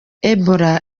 ebola